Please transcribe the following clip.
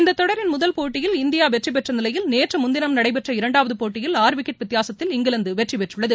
இந்தத் தொடரின் முதல் போட்டியில் இந்தியாவெற்றிபெற்றநிலையில் நேற்றுமுன்தினம் நடைபெற்ற இரண்டாவதுபோட்டியில் ஆறு விக்கெட் வித்தியாசத்தில் இங்கிலாந்துவெற்றிபெற்றுள்ளது